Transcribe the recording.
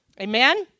Amen